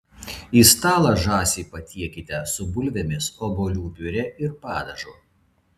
į stalą žąsį patiekite su bulvėmis obuolių piurė ir padažu